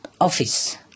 office